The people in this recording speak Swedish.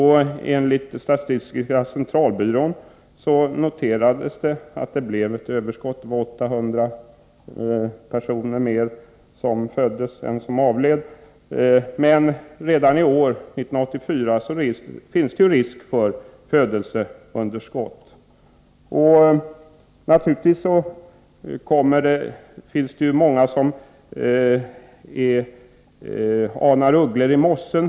Enligt statistiska centralbyrån noterades ett överskott. Antalet födda översteg antalet avlidna med 800. Men redan i år, 1984, finns det risk för ett födelseunderskott. Naturligtvis anar många ugglor i mossen.